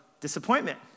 disappointment